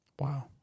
Wow